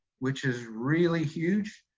which is really huge,